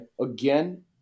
Again